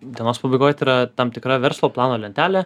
dienos pabaigoj tai yra tam tikra verslo plano lentelė